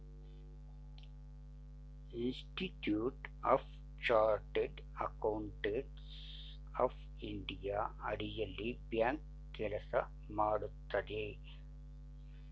institute of chartered accountants of India ಅಡಿಯಲ್ಲಿ bank ಕೆಲಸ ಮಾಡುತ್ತದೆ